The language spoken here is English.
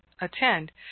attend